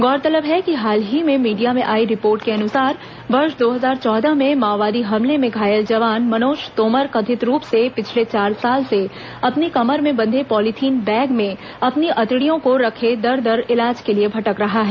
गौरतलब है कि हाल ही में मीडिया में आई रिपोर्ट के अनुसार वर्ष दो हजार चौदह में माओवादी हमले में घायल जवान मनोज तोमर कथित रूप से पिछले चार साल से अपनी कमर में बंधे पॉलीथिन बैग में अपनी अतड़ियों को रखे दर दर इलाज के लिए भटक रहा है